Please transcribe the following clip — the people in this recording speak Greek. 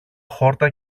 χόρτα